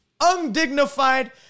undignified